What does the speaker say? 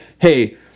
Hey